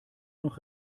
noch